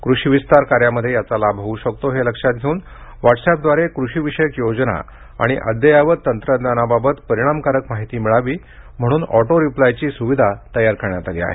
कृषी विस्तार कार्यामध्ये याचा लाभ होवू शकतो हे लक्षात घेऊन व्हाटसएपव्दारे कृषी विषयक योजना आणि अद्ययावत तंत्रज्ञानाबाबत परिणामकारक माहिती मिळावी म्हणून ऑटो रिप्लायची स्विधा तयार करण्यात आली आहे